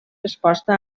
resposta